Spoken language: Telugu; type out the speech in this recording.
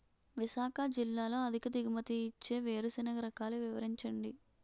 విశాఖ జిల్లాలో అధిక దిగుమతి ఇచ్చే వేరుసెనగ రకాలు వివరించండి?